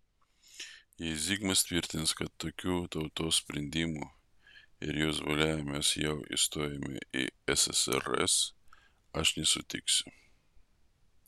jei zigmas tvirtins kad tokiu tautos sprendimu ir jos valia mes jau įstojome į ssrs aš nesutiksiu